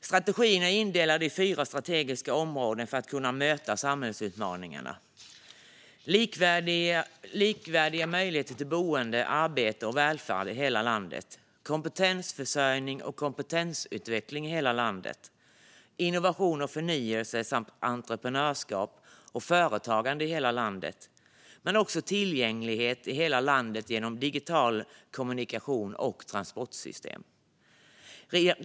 Strategin är indelad i fyra strategiska områden för att kunna möta samhällsutmaningarna: likvärdiga möjligheter till boende, arbete och välfärd i hela landet, kompetensförsörjning och kompetensutveckling i hela landet, innovation och förnyelse liksom entreprenörskap och företagande i hela landet samt tillgänglighet i hela landet genom digital kommunikation och transportsystem.